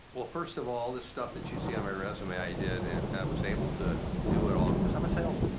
well, first of all, this stuff that you see on my resume, i did and i was able to do it all, cause i'm a salesman.